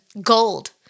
gold